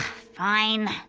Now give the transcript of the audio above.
fine.